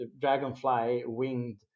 dragonfly-winged